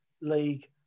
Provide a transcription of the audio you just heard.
league